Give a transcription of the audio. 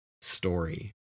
story